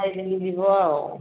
ଖାଇଦେଇକି ଯିବ ଆଉ